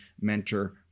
Mentor